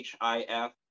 hif